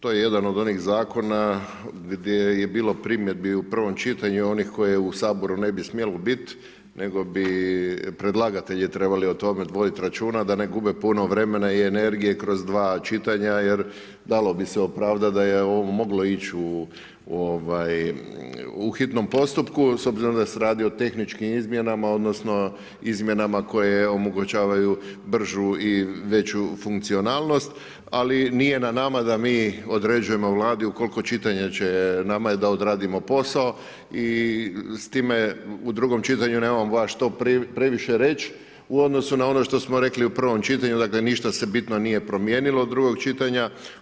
To je jedan od onih zakona gdje je bilo primjedbi u prvom čitanju onih koje u Saboru ne bi smjelo biti, nego bi predlagatelji trebali i tome voditi računa da ne gube puno vremena i energije kroz dva čitanja jer dalo bi se opravdat da je ovo moglo ići u hitnom postupku s obzirom da se radi o tehničkim izmjenama odnosno izmjenama koje omogućavaju bržu i veću funkcionalnost ali nije na nama da mi određuje Vladi u koliko čitanja će, nama je da odradimo posao i s time u drugome čitanju nemamo baš što previše reći u odnosu na ono što smo rekli u prvom čitanje, dakle ništa se bitno nije promijenilo do drugog čitanja.